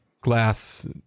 Glass